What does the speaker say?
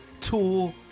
Tour